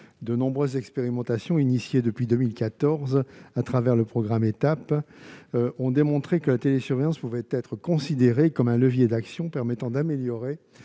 Les nombreuses expérimentations engagées depuis 2014 à travers le programme Étapes ont démontré que la télésurveillance pouvait être considérée comme un levier d'action permettant d'améliorer